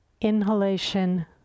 inhalation